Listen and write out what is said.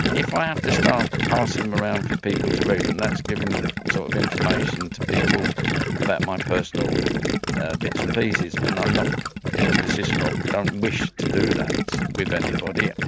if i have to start passing them around for people to read them, that's giving sort so of information to people about my personal ah bits and pieces and i'm not in the position or don't wish to do that with anybody.